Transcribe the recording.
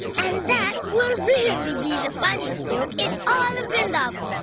and that will really be the funniest joke in all of vrindavan!